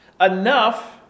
enough